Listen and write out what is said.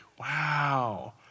Wow